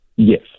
Yes